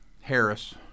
Harris